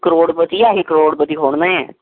ਕਰੋੜਪਤੀ ਆ ਅਸੀਂ ਕਰੋੜਪਤੀ ਥੋੜ੍ਹੇ ਨਾ ਹੈ